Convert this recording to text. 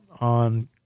on